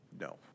no